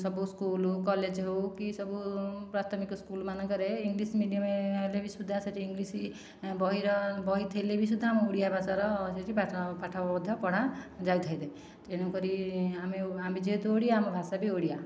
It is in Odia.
ସବୁ ସ୍କୁଲ କଲେଜ ହେଉ କି ସବୁ ପ୍ରାଥମିକ ସ୍କୁଲ ମାନଙ୍କରେ ଇଂଲିଶ୍ ମିଡ଼ିୟମ ହେଲେ ବି ସୁଦ୍ଧା ସେଠି ଇଂଲିଶ୍ ବହିର ବହି ଥିଲେ ବି ସୁଦ୍ଧା ଆମ ଓଡ଼ିଆ ଭାଷାର ସେଠି ପାଠ ମଧ୍ୟ ପଢ଼ା ଯାଇଥାଏ ତେଣୁକରି ଆମେ ଆମେ ଯେହେତୁ ଓଡ଼ିଆ ଆମ ଭାଷା ବି ଓଡ଼ିଆ